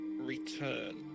return